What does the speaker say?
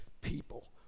people